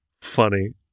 funny